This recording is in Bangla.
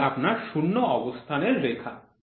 এটি আপনার শূন্য অবস্থানের রেখা